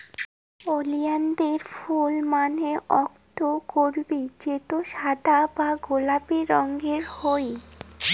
ওলিয়ানদের ফুল মানে অক্তকরবী যেটো সাদা বা গোলাপি রঙের হই